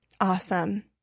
Awesome